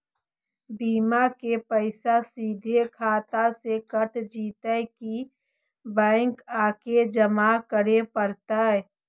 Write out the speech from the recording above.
बिमा के पैसा सिधे खाता से कट जितै कि बैंक आके जमा करे पड़तै?